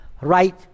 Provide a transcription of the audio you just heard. right